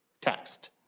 text